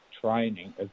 training